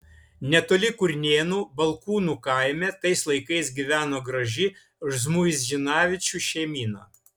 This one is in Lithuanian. netoli kurnėnų balkūnų kaime tais laikais gyveno graži žmuidzinavičių šeimyna